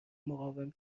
مقاوم